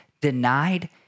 denied